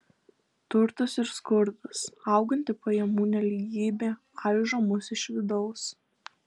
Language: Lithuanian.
turtas ir skurdas auganti pajamų nelygybė aižo mus iš vidaus